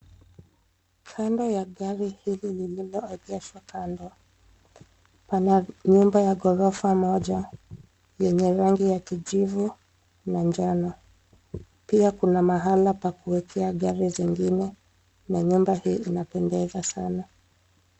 Kando ya gari hili lililoegeshwa kando pana nyumba ya ghorofa moja lenye rangi ya kijivu na njano. Pia kuna mahala pa kuwekea gari zingine na nyumba hii inapendeza sana.